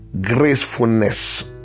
gracefulness